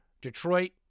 Detroit